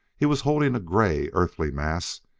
he was holding a gray, earthy mass,